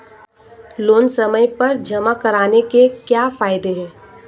Loan समय पर जमा कराने के क्या फायदे हैं?